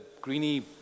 greeny